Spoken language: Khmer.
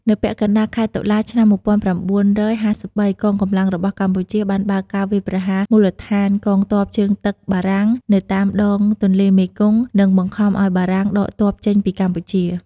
នៅពាក់កណ្ដាលខែតុលា ឆ្នាំ ១៩៥៣ កងកម្លាំងរបស់កម្ពុជា បានបើកការវាយប្រហារមូលដ្ឋានកងទ័ពជើងទឹកបារាំងនៅតាមដង ទន្លេមេគង្គ និងបង្ខំឱ្យបារាំងដកទ័ពចេញពីកម្ពុជា។